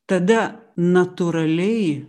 tada natūraliai